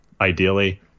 ideally